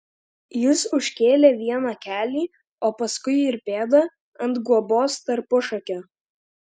jis užkėlė vieną kelį o paskui ir pėdą ant guobos tarpušakio